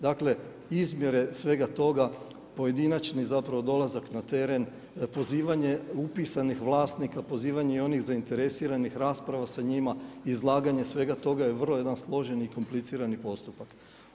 Dakle izmjere svega toga pojedinačni dolazak na teren, pozivanje upisanih vlasnika, pozivanje i onih zainteresiranih rasprava sa njima, izlaganje svega toga je jedan vrlo složen i komplicirani postupak.